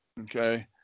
Okay